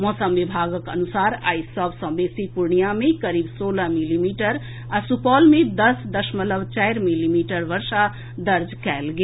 मौसम विभागक अनुसार आइ सभ सॅ बेसी पूर्णियां मे करीब सोलह मिलीमीटर आ सुपौल में दस दशमलव चार मिलीमीटर बर्षा दर्ज कएल गेल